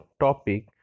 topic